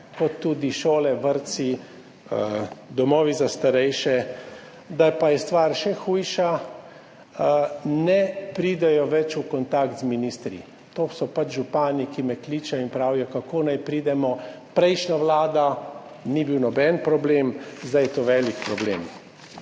kot tudi šole, vrtci, domovi za starejše. Da pa je stvar še hujša, ne pridejo več v kontakt z ministri. To so pač župani, ki me kličejo in pravijo, kako naj pridemo, s prejšnjo vlado ni bilo nobenega problema, zdaj je to velik problem.